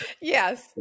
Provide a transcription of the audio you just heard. Yes